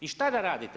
I što da radite?